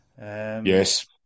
yes